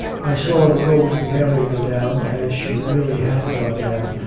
i saw the golden mary go down, as she really had gone down,